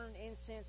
incense